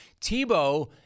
Tebow